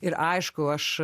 ir aišku aš